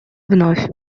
вновь